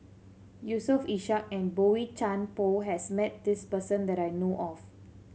Yusof Ishak and Boey Chuan Poh has met this person that I know of